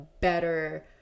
better